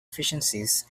efficiencies